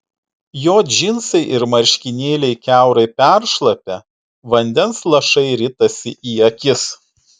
jo džinsai ir marškinėliai kiaurai peršlapę vandens lašai ritasi į akis